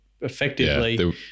Effectively